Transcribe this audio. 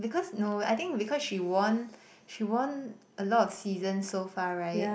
because no I think because she won she won a lot of seasons so far right